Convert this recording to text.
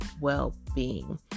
well-being